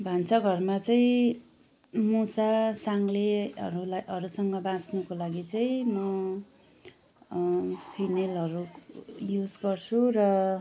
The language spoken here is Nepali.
भान्साघरमा चाहिँ मुसा साङलेहरूलेहरूसँग बाच्नुको लागि चाहिँ म फिनेलहरू युज गर्छु र